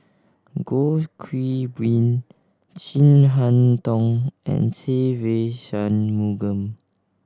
Goh Qiu Bin Chin Harn Tong and Se Ve Shanmugam